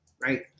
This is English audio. right